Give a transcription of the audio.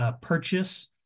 purchase